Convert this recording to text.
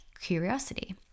curiosity